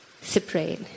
separate